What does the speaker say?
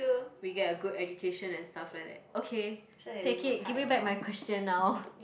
we get a good education and stuff like that okay take it give me back my question now